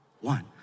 One